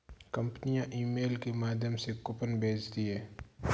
कंपनियां ईमेल के माध्यम से कूपन भेजती है